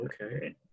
Okay